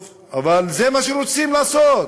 טוב, אבל זה מה שרוצים לעשות,